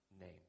name